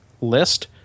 list